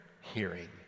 hearing